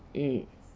mm